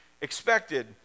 expected